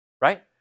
right